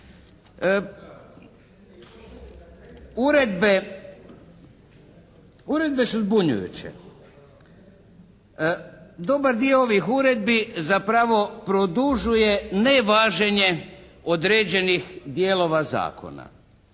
uredbe su zbunjujuće. Dobar dio ovih uredbi zapravo produžuje nevaženje određenih dijelova zakona.